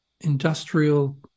industrial